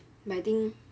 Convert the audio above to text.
but I think